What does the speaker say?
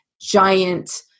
giant